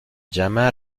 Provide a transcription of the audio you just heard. llama